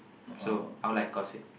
so I would like gossip